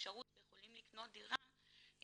אפשרות ויכולים לקנות דירה,